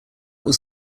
was